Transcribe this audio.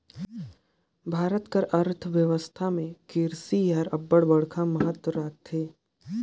भारत कर अर्थबेवस्था में किरसी हर अब्बड़ बड़खा महत राखथे